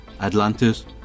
Atlantis